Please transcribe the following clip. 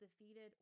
defeated